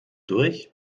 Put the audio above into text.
durch